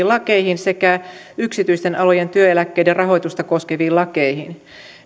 lakeihin sekä yksityisten alojen työeläkkeiden rahoitusta koskeviin lakeihin